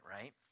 right